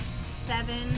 seven